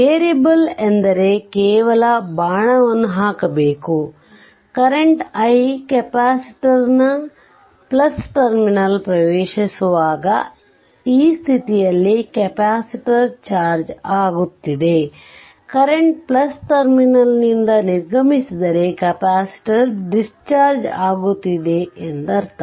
variable ಎಂದರೆ ಕೇವಲ ಬಾಣವನ್ನು ಹಾಕಬೇಕು ಕರೆಂಟ್ i ಕೆಪಾಸಿಟರ್ನ ಟರ್ಮಿನಲ್ ಪ್ರವೇಶಿಸುವಾಗ ಈ ಸ್ಥಿತಿಯಲ್ಲಿ ಕೆಪಾಸಿಟರ್ ಚಾರ್ಜ್ ಆಗುತ್ತಿದೆ ಕರೆಂಟ್ ಟರ್ಮಿನಲ್ ನಿಂದ ನಿರ್ಗಮಿಸಿದರೆ ಕೆಪಾಸಿಟರ್ ಡಿಸ್ಚಾರ್ಜ್ ಆಗುತ್ತಿದೆ ಎಂದರ್ಥ